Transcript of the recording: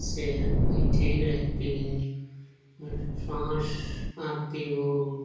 सेहत भी ठीक रहती है बस सांस आती हो